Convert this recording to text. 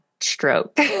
stroke